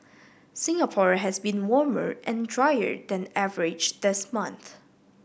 Singapore has been warmer and drier than average this month